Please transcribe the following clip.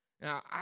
Now